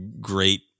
great